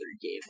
game